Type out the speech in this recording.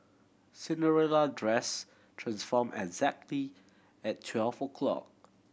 Cinderella dress transform exactly at twelve o'clock